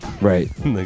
Right